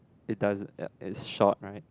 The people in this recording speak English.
it doesn~ ya is short right